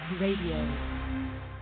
Radio